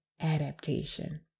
adaptation